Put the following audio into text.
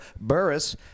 burris